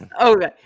Okay